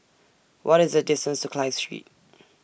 What IS The distance to Clive Street